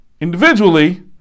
individually